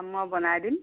মই বনাই দিম